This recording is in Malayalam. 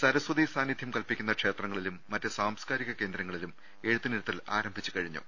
സരസ്വതീ സാന്നിധ്യം കൽപിക്കുന്ന ക്ഷേത്രങ്ങളിലും മറ്റു സാംസ്കാരിക കേന്ദ്രങ്ങളിലും എഴുത്തിനിരുത്തൽ ആരംഭിച്ചു കഴിഞ്ഞു